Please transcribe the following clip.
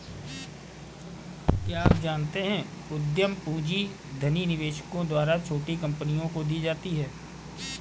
क्या आप जानते है उद्यम पूंजी धनी निवेशकों द्वारा छोटी कंपनियों को दी जाती है?